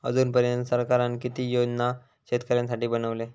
अजून पर्यंत सरकारान किती योजना शेतकऱ्यांसाठी बनवले?